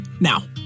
Now